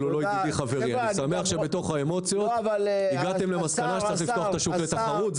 אני שמח שבתוך האמוציות הגעתם למסקנה שצריך לפתוח את השוק לתחרות.